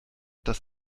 dass